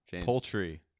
Poultry